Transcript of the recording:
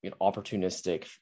opportunistic